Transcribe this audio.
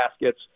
baskets